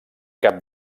cap